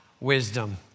wisdom